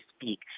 speak